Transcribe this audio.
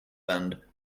band